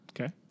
Okay